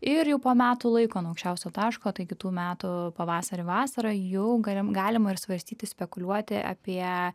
ir jau po metų laiko nuo aukščiausio taško tai kitų metų pavasarį vasarą jau galim galima ir svarstyti spekuliuoti apie